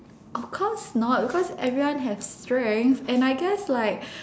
of course not because everyone has strengths and I guess like